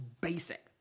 basic